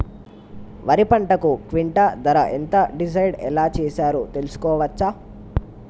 వరి పంటకు క్వింటా ధర ఎంత డిసైడ్ ఎలా చేశారు తెలుసుకోవచ్చా?